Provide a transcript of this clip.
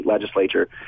legislature